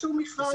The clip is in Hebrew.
לשום מכרז.